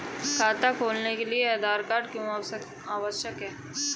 खाता खोलने के लिए आधार क्यो आवश्यक है?